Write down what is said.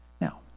Now